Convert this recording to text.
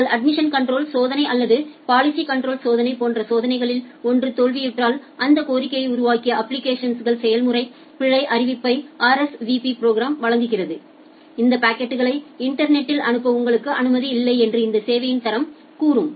உங்கள் admission control சோதனை அல்லது பாலிசி கன்ட்ரோல் சோதனை போன்ற சோதனைகளில் ஒன்று தோல்வியுற்றால் அந்த கோரிக்கையை உருவாக்கிய அப்ப்ளிகேஷன்ஸ் செயல்முறை பிழை அறிவிப்பை ஆர்எஸ்விபி ப்ரோக்ராம் வழங்குகிறது இந்த பாக்கெட்களை இன்டர்நெட்டில் அனுப்ப உங்களுக்கு அனுமதி இல்லை என்று இந்த சேவையின் தரம் கூறும்